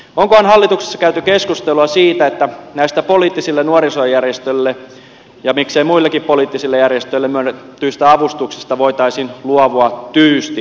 onkohan hallituksessa käyty keskustelua siitä että näistä poliittisille nuorisojärjestöille ja miksei muillekin poliittisille järjestöille myönnetyistä avustuksista voitaisiin luopua tyystin